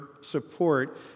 support